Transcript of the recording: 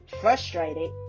frustrated